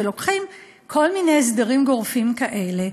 שלוקחים כל מיני הסדרים גורפים כאלה,